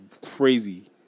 crazy